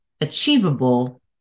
achievable